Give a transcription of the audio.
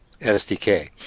SDK